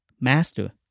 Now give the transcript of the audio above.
Master